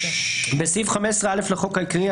בסעיף 15(א) לחוק העיקרי,